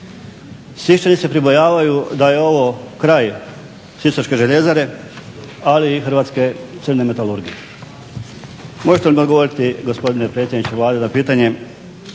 Siščani se pribojavaju da je ovo kraj Sisačke željezare, ali i hrvatske crne metalurgije. Možete li mi odgovoriti gospodine predsjedniče Vlade na pitanje